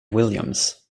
williams